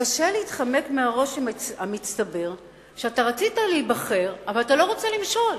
קשה להתחמק מהרושם המצטבר שאתה רצית להיבחר אבל אתה לא רוצה למשול.